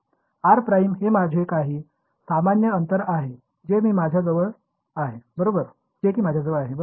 r' हे माझे काही सामान्य अंतर आहे जे कि माझ्याजवळ आहे बरोबर